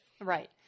Right